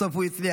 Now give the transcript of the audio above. בסוף הוא הצליח.